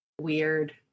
weird